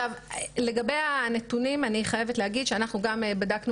לגבי הנתונים אני חייבת להגיד שאנחנו גם בדקנו